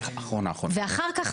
ואחר כך,